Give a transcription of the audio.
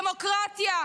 דמוקרטיה,